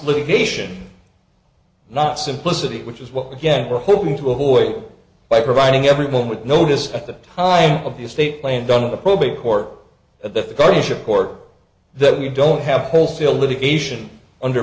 litigation not simplicity which is what again we're hoping to avoid by providing everyone with notice at the time of the estate planning done the probate court and the guardianship court that we don't have wholesale litigation under